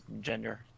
gender